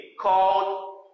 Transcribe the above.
called